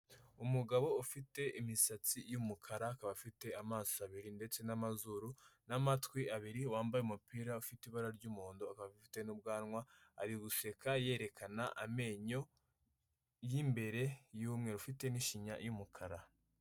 Umugabo ufite imisatsi y'umukara, akaba afite amaso abiri ndetse n'amazuru n'amatwi abiri wambaye umupira ufite ibara ry'umuhondo akaba afite n'ubwanwa, ari guseka yerekana amenyo y'imbere y'umweru ufite n'ishinya y'umukara.